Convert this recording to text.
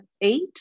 eight